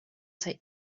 take